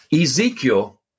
Ezekiel